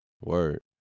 Word